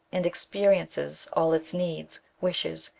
and experiences all its needs, wishes,